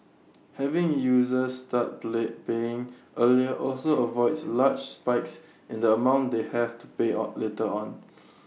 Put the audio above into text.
having users start play paying earlier also avoids large spikes in the amount they have to pay on later on